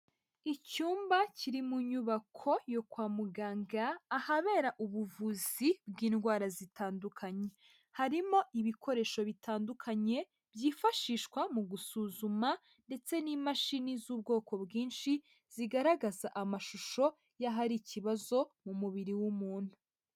Icyumba kiri mu nyubako yo kwa muganga ahabera ubuvuzi bw'indwara zitandukanye, harimo ibikoresho bitandukanye byifashishwa mu gusuzuma ndetse n'imashini z'ubwoko bwinshi zigaragaza amashusho y'ahari ikibazo mu mubiri w'umuntu.